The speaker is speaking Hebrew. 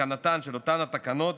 התקנתן של אותן תקנות,